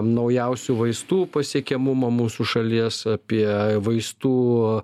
naujausių vaistų pasiekiamumą mūsų šalies apie vaistų